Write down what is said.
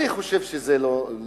ואני חושב שזה לא נכון.